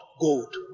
Gold